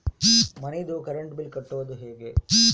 ಮನಿದು current bill ಕಟ್ಟೊದು ಹೇಗೆ?